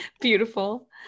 Beautiful